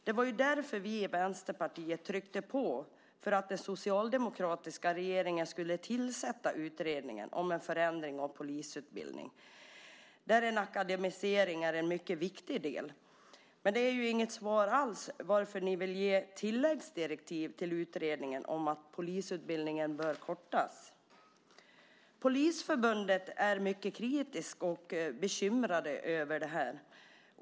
Det var ju därför vi i Vänsterpartiet tryckte på för att den socialdemokratiska regeringen skulle tillsätta utredningen om en förändring av polisutbildningen, där en akademisering är en mycket viktig del. Men det är ju inget svar alls på frågan om varför ni vill ge tilläggsdirektiv till utredningen om att polisutbildningen bör kortas. Från Polisförbundets sida är man mycket kritisk och bekymrad över det här.